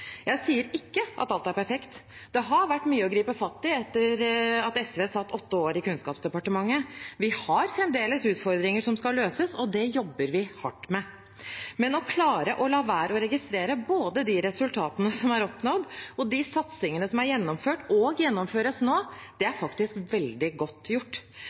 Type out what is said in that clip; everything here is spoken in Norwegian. Jeg sier ikke at alt er perfekt. Det har vært mye å gripe fatt i etter at SV satt åtte år i Kunnskapsdepartementet, vi har fremdeles utfordringer som skal løses, og det jobber vi hardt med. Men å klare å la være å registrere både de resultatene som er oppnådd, de satsingene som er gjennomført, og de som gjennomføres nå, er faktisk veldig godt gjort.